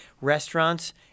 restaurants